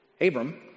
Abram